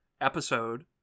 episode